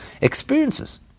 experiences